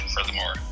furthermore